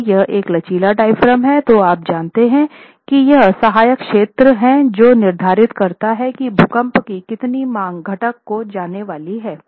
यदि यह एक लचीला डायाफ्राम है तो आप जानते हैं कि यह सहायक क्षेत्र है जो निर्धारित करता है कि भूकंप की कितनी मांग घटक को जाने वाली है